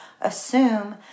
Assume